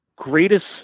greatest